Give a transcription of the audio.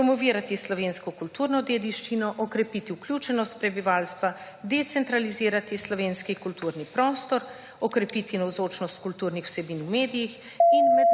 promovirati slovensko kulturno dediščino, okrepiti vključenost prebivalstva, decentralizirati slovenski kulturni prostor, okrepiti navzočnost kulturnih vsebin v medijih in